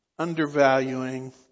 undervaluing